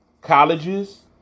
colleges